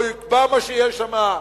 לא הוא יקבע מה שיש שם.